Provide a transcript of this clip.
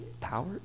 power